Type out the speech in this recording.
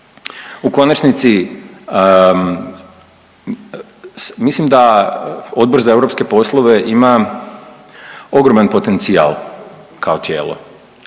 U konačnici mislim da Odbor za europske poslove ima ogroman potencijal kao tijelo.